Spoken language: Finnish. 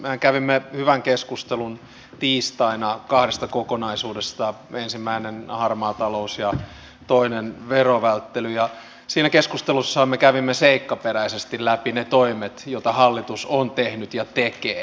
mehän kävimme hyvän keskustelun tiistaina kahdesta kokonaisuudesta ensimmäinen harmaa talous ja toinen verovälttely ja siinä keskustelussa me kävimme seikkaperäisesti läpi ne toimet joita hallitus on tehnyt ja tekee